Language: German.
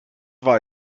war